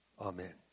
Amen